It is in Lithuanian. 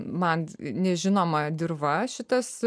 man nežinoma dirva šitas